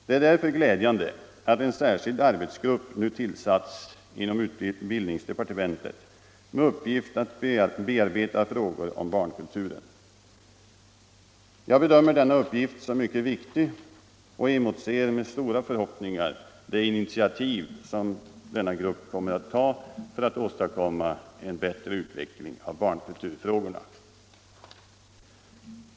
Det är därför glädjande Anslag till kulturänatt en särskild arbetsgrupp nu tillsatts inom utbildningsdepartementet damål med uppgift att bearbeta frågor om barnkulturen. Jag bedömer denna uppgift som mycket viktig och emotser med stora förhoppningar de initiativ som denna grupp kommer att ta för att åstadkomma en bättre utveckling av barnkulturfrågorna.